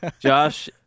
Josh